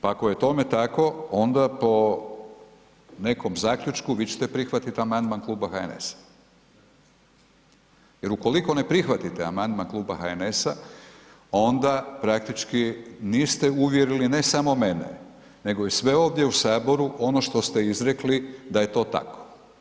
Pa ako je tome tako onda po nekom zaključku vi ćete prihvatiti amandman kluba HNS-a jer ukoliko ne prihvatite amandman kluba HNS-a onda praktički niste uvjerili ne samo mene nego i sve ovdje u Saboru ono što ste izrekli da je to tako.